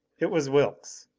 it was wilks.